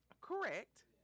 Correct